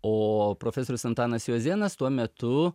o profesorius antanas jozėnas tuo metu